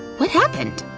what happened?